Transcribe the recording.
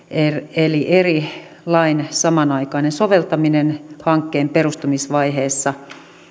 eli eri lakien samanaikainen soveltaminen hankkeen perustamisvaiheessa